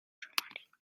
trenton